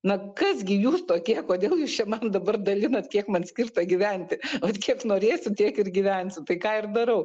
na kas gi jūs tokie kodėl jūs čia man dabar dalinat kiek man skirta gyventi vat kiek norėsiu tiek ir gyvensiu tai ką ir darau